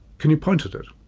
can you point at it?